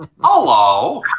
Hello